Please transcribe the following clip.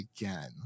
again